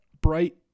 bright